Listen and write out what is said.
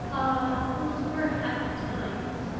ah, those were happy times!